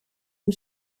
wie